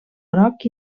groc